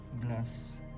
glass